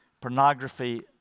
Pornography